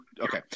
okay